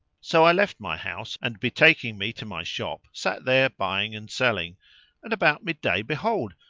so i left my house and betaking me to my shop sat there buying and selling and about midday behold,